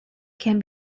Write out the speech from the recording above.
can